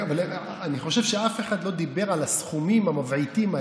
אבל אני חושב שאף אחד לא דיבר על הסכומים המבעיתים האלה.